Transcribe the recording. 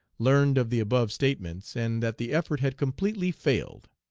learned of the above statements, and that the effort had completely failed.